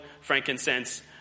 frankincense